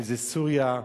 אם סוריה,